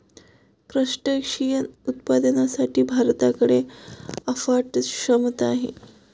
crustacean उत्पादनासाठी भारताकडे अफाट क्षमता आहे